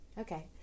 Okay